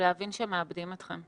ולהבין שמאבדים אתכם.